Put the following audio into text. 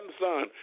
Son